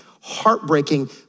heartbreaking